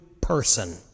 person